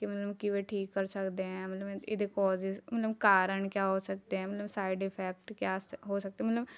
ਕਿ ਮਤਲਬ ਕਿਵੇਂ ਠੀਕ ਕਰ ਸਕਦੇ ਹੈ ਮਤਲਬ ਇਹਦੇ ਕੋਜਿਜ਼ ਮਤਲਬ ਕਾਰਨ ਕਿਆ ਹੋ ਸਕਦੇ ਹੈ ਮਤਲਬ ਸਾਈਡ ਇਫੈਕਟ ਕਿਆ ਸਕ ਹੋ ਸਕਦੇ ਮਤਲਬ